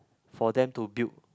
for them to build